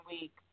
week